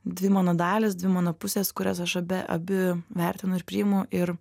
dvi mano dalys dvi mano pusės kurias aš abi abi vertinu ir priimu ir